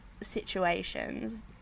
situations